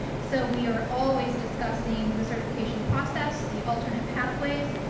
so we are always discussing the certification process, the alternate pathways,